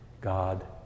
God